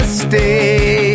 stay